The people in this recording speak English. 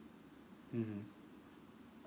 mmhmm